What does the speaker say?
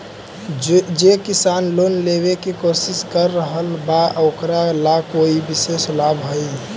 जे किसान लोन लेवे के कोशिश कर रहल बा ओकरा ला कोई विशेष लाभ हई?